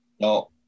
No